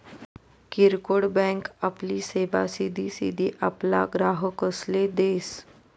किरकोड बँक आपली सेवा सिधी सिधी आपला ग्राहकसले देस